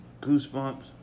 Goosebumps